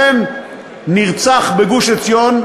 נרצח בגוש-עציון,